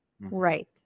Right